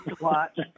watch